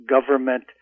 government